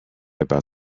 about